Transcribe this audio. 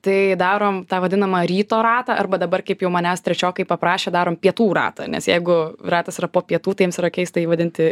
tai darom tą vadinamą ryto ratą arba dabar kaip jau manęs trečiokai paprašė darom pietų ratą nes jeigu ratas yra po pietų tai jiems yra keista jį vadinti